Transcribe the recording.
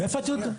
מאיפה את יודעת?